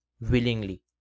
willingly